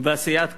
בסיעת קדימה,